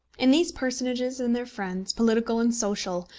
in these personages and their friends, political and social,